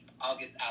August